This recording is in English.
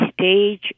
stage